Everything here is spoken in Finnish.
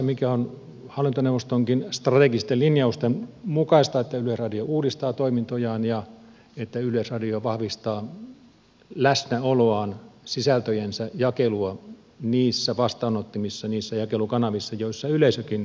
se on hallintoneuvostonkin strategisten linjausten mukaista että yleisradio uudistaa toimintojaan ja että yleisradio vahvistaa läsnäoloaan sisältöjensä jakelua niissä vastaanottimissa niissä jakelukanavissa joissa yleisökin liikkuu